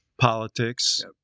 politics